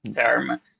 term